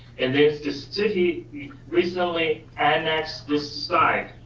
and this city recently annex this side,